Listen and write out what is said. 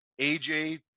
AJ